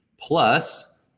Plus